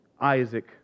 Isaac